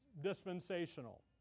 dispensational